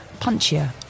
punchier